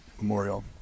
Memorial